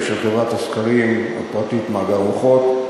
של חברת הסקרים הפרטית "מאגר מוחות".